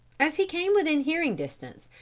as he came within hearing distance,